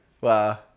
Wow